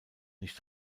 nicht